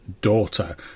daughter